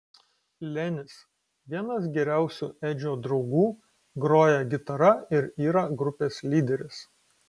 lenis vienas geriausių edžio draugų groja gitara ir yra grupės lyderis